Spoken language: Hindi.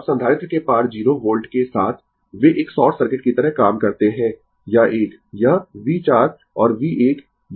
अब संधारित्र के पार 0 वोल्ट के साथ वे एक शॉर्ट सर्किट की तरह काम करते है यह एक यह V 4 और V 1